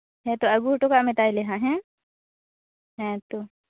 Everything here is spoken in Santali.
ᱦᱮᱸᱛᱚ ᱟᱹᱜᱩ ᱦᱚᱴᱚ ᱠᱟᱜ ᱢᱮ ᱛᱟᱦᱚᱞᱮ ᱦᱟᱸᱜ ᱦᱮᱸ ᱦᱮᱸᱛᱚ